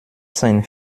sein